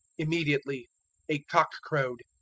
immediately a cock crowed,